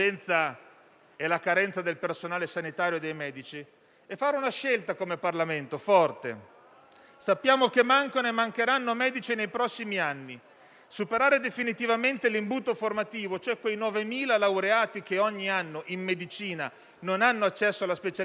e la carenza del personale sanitario e dei medici, e fare una scelta forte come Parlamento. Sappiamo che mancano e mancheranno medici nei prossimi anni; superare definitivamente l'imbuto formativo, cioè quei 9.000 laureati che ogni anno in medicina non hanno accesso alla specializzazione,